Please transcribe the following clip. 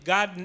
God